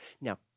Now